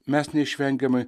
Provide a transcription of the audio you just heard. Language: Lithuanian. mes neišvengiamai